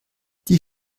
die